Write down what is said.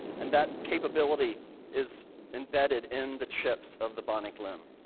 and that capability is embedded in the chips of the bionic limb.